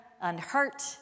unhurt